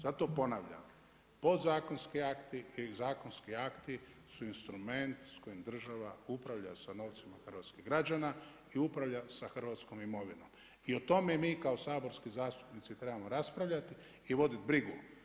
Zato ponavljam, podzakonski akti i zakonski akti su instrument s kojim država upravlja sa novcima hrvatskih građana i upravlja sa hrvatskom imovinom i o tome mi kao saborski zastupnici trebamo raspravljati i voditi brigu.